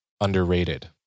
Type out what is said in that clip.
underrated